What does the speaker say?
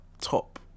top